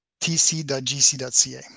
tc.gc.ca